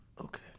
Okay